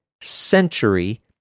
century